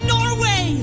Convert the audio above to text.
Norway